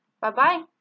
Bye-bye